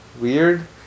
weird